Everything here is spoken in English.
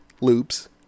loops